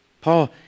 Paul